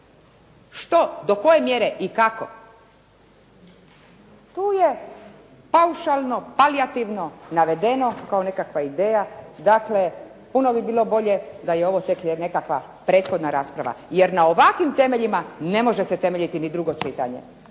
što, do koje mjere i kako, tu je paušalno, palijativno navedeno kao nekakva ideja. Dakle, puno bi bilo bolje da je ovo tek nekakva prethodna rasprava, jer na ovakvim temeljima ne može se temeljiti ni drugo čitanje.